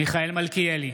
מיכאל מלכיאלי,